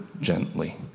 gently